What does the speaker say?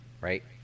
right